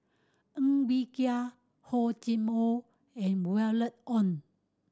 Ng Bee Kia Hor Chim Or and Violet Oon